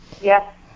yes